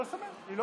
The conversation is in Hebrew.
הוא בסדר-היום.